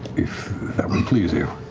if that would please you.